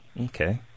Okay